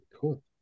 Cool